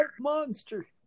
monster